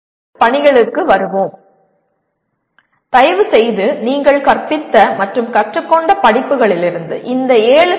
இப்போது பணிகளுக்கு வருவோம் தயவுசெய்து நீங்கள் கற்பித்த மற்றும் கற்றுக்கொண்ட படிப்புகளிலிருந்து இந்த 7 பி